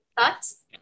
thoughts